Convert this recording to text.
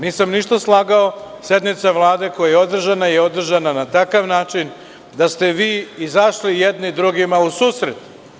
Nisam ništa slagao, sednica Vlade koja je održana, održana je na takav način da ste vi izašli jedni drugima u susret.